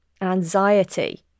anxiety